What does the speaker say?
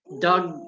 Doug